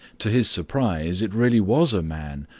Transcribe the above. to his surprise it really was a man,